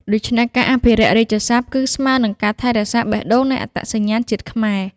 ដូច្នេះ ការអភិរក្សរាជសព្ទគឺស្មើនឹងការថែរក្សាបេះដូងនៃអត្តសញ្ញាណជាតិខ្មែរ។